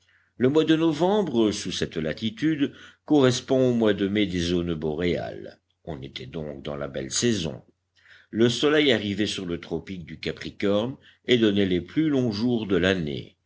le mois de novembre sous cette latitude correspond au mois de mai des zones boréales on était donc dans la belle saison le soleil arrivait sur le tropique du capricorne et donnait les plus longs jours de l'année